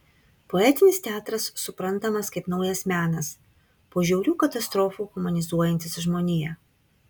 poetinis teatras suprantamas kaip naujas menas po žiaurių katastrofų humanizuojantis žmoniją